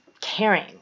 caring